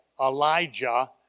Elijah